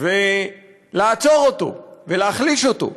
ולעצור אותו ולהחליש אותו,